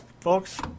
folks